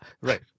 right